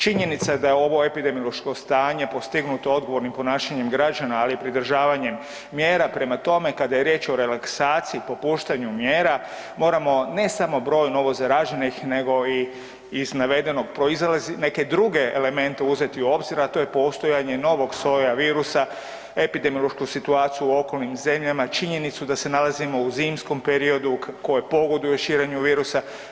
Činjenica da je ovo epidemiološko stanje postignuto odgovornim ponašanjem građana, ali i pridržavanjem mjera, prema tome kada je riječ o relaksaciji i popuštanju mjera moramo ne samo broj novo zaraženih nego i iz navedenog proizlazi, neke druge elemente uzeti u obzir, a to je postojanje novog soja virusa, epidemiološku situaciju u okolnim zemljama, činjenicu da se nalazimo u zimskom periodu koji pogoduje širenju virusa.